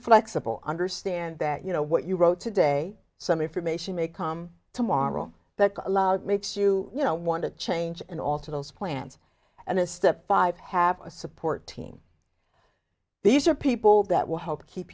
flexible understand that you know what you wrote today some information may come tomorrow that makes you you know want to change and alter those plans and as step five have a support team these are people that will help keep